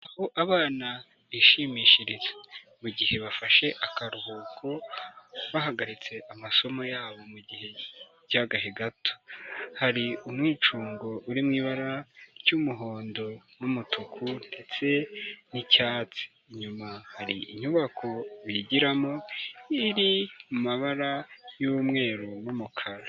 Aho abana bishimishiriza mugihe bafashe akaruhuko bahagaritse amasomo yabo mugihe cy'agahe gato. Hari umwicungo uri mu ibara ry'umuhondo n'umutuku ndetse n'icyatsi, inyuma hari inyubako bigiramo iri mabara y'umweru n'umukara.